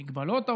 מגבלות האוצר,